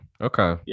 Okay